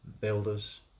builders